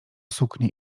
suknie